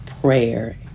prayer